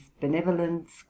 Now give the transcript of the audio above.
benevolence